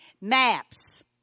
maps